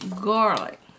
garlic